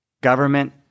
government